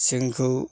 जोंखौ